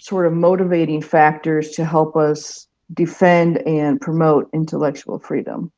sort of motivating factors to help us defend and promote intellectual freedom.